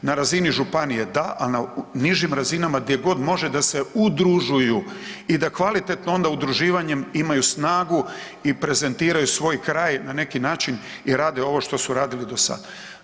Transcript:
Na razini županije da, a na nižim razinama gdje god može da se udružuju i da kvalitetno onda udruživanjem imaju snagu i prezentiraju svoj kraj, na neki način i rade ovo što su radili do sada.